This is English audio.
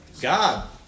God